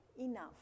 enough